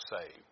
saved